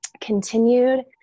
continued